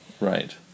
Right